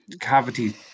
cavity